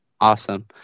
Awesome